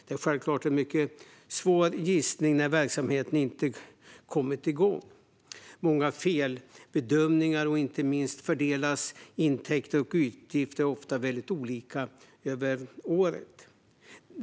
Det är självklart en mycket svår gissning när verksamheten inte kommit igång. Många felbedömningar görs, och inte minst fördelas intäkterna och utgifterna ofta väldigt olika över året.